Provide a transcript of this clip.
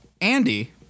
Andy